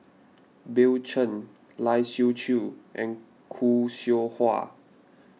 Bill Chen Lai Siu Chiu and Khoo Seow Hwa